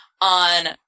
on